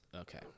Okay